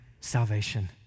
salvation